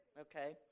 Okay